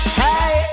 hey